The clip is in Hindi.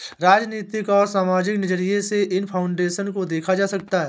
राजनीतिक और सामाजिक नज़रिये से इन फाउन्डेशन को देखा जा सकता है